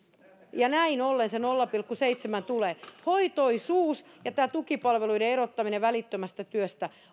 ja näin ollen se nolla pilkku seitsemän mitoitus tulee hoitoisuus ja tukipalveluiden erottaminen välittömästä työstä